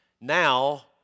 Now